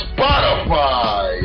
Spotify